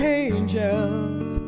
angels